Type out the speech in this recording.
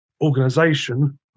organization